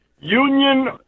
union